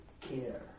care